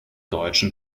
deutschen